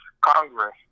Congress